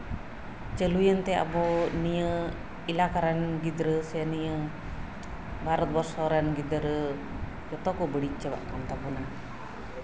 ᱪᱟᱞᱩ ᱮᱱᱛᱮ ᱟᱵᱚ ᱮᱞᱟᱠᱟ ᱨᱮᱱ ᱜᱤᱫᱽᱨᱟᱹ ᱥᱮ ᱱᱤᱭᱟᱹ ᱵᱷᱟᱨᱚᱛᱵᱚᱨᱥᱚ ᱨᱮᱱ ᱜᱤᱫᱽᱨᱟᱹ ᱡᱚᱛᱚ ᱠᱚ ᱵᱟᱹᱲᱤᱡ ᱪᱟᱵᱟᱜ ᱠᱟᱱ ᱛᱟᱵᱚᱱᱟ